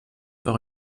par